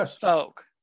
folk